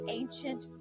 ancient